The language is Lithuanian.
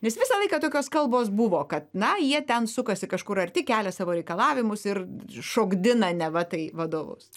nes visą laiką tokios kalbos buvo kad na jie ten sukasi kažkur arti kelia savo reikalavimus ir šokdina neva tai vadovus